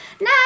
no